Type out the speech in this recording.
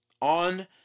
On